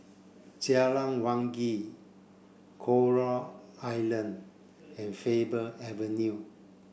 Jalan Wangi Coral Island and Faber Avenue